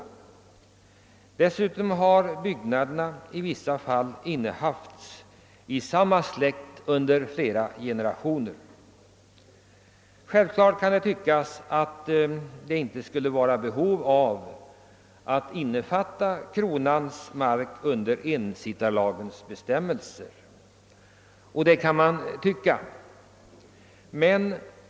I vissa fall har byggnaderna innehafts av samma släkt under flera generationer. Det kan tyckas som om det inte skulle föreligga behov att utsträcka ensittarlagen att omfatta även kronans mark.